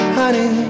honey